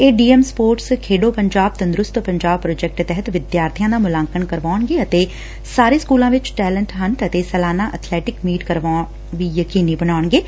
ਇਹ DM sports ਖੇਡੋ ਪੰਜਾਬ ਤੰਦਰੁਸਤ ਪੰਜਾਬ ਪ੍ਰੋਜੈਕਟ ਤਹਿਤ ਵਿਦਿਆਰਬੀਆਂ ਦਾ ਮੁਲਾਂਕਣ ਕਰਵਾਉਣਗੇ ਅਤੇ ਸਾਰੇ ਸਕੁਲਾ ਵਿੱਚ ਟੈਲੈਂਟ ਹੰਟ ਅਤੇ ਸਲਾਨਾ ਅਬਲੈਟਿਕ ਮੀਟ ਕਰਵਾਉਣ ਨੂੰ ਯਕੀਨੀ ਬਨਾਉਣਗੇ